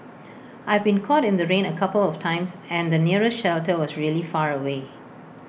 I've been caught in the rain A couple of times and the nearest shelter was really far away